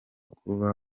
kuba